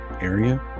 area